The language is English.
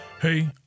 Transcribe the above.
Hey